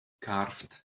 carved